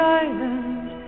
island